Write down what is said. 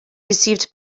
received